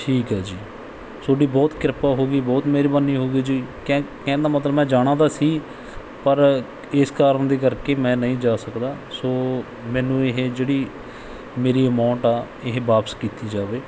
ਠੀਕ ਹੈ ਜੀ ਤੁਹਾਡੀ ਬਹੁਤ ਕਿਰਪਾ ਹੋਊਗੀ ਬਹੁਤ ਮਿਹਰਬਾਨੀ ਹੋਊਗੀ ਜੀ ਕਹਿ ਕਹਿਣ ਦਾ ਮਤਲਬ ਮੈਂ ਜਾਣਾ ਤਾਂ ਸੀ ਪਰ ਇਸ ਕਾਰਨ ਦੇ ਕਰਕੇ ਮੈਂ ਨਹੀਂ ਜਾ ਸਕਦਾ ਸੋ ਮੈਨੂੰ ਇਹ ਜਿਹੜੀ ਮੇਰੀ ਅਮਾਊਂਟ ਆ ਇਹ ਵਾਪਸ ਕੀਤੀ ਜਾਵੇ